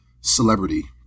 Celebrity